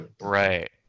right